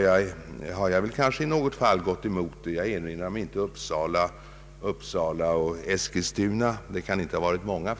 Jag erinrar mig inga fall från Uppsala och Eskilstuna. Att de inte kan ha varit många,